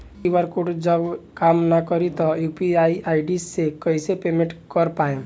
QR code जब काम ना करी त यू.पी.आई आई.डी से कइसे पेमेंट कर पाएम?